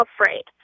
afraid